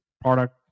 product